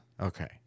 Okay